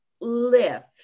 lift